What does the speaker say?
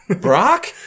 Brock